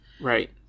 right